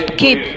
keep